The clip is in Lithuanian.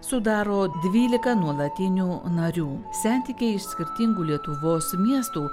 sudaro dvylika nuolatinių narių sentikiai iš skirtingų lietuvos miestų